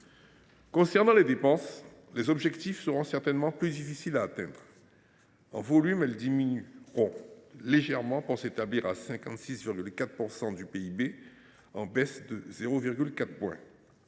concerne les dépenses, les objectifs seront certainement plus difficiles à atteindre. En volume, elles devraient légèrement diminuer, pour s’établir à 56,4 % du PIB, soit une baisse de 0,4